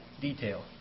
detail